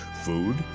Food